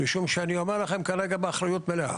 אני אומר לכם כרגע באחריות מלאה